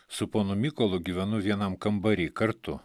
su ponu mykolu gyvenu vienam kambary kartu